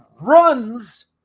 runs